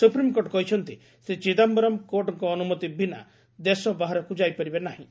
supreme court କହିଛନ୍ତି ଶ୍ରୀ ଚିଦାୟରମ୍ କୋର୍ଟଙ୍କ ଅନୁମତି ବିନା ଦେଶ ବାହାରକୁ ଯାଇପାରିବେ ନାହିଁ